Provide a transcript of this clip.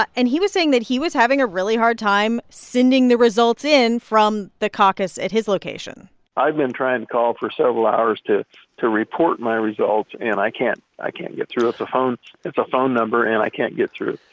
but and he was saying that he was having a really hard time sending the results in from the caucus at his location i've been trying to call for several hours to to report my results. and i can't i can't get through the phone. it's a phone number. and i can't get through.